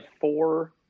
four